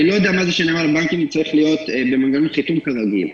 אני לא יודע מה שנוהל הבנקים צריך להיות --- עסקים כרגיל.